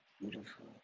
beautiful